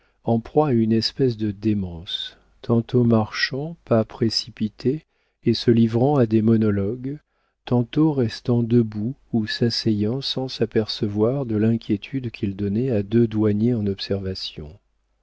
en proie à une espèce de démence tantôt marchant à pas précipités et se livrant à des monologues tantôt restant debout ou s'asseyant sans s'apercevoir de l'inquiétude qu'il donnait à deux douaniers en observation